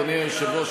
אדוני היושב-ראש,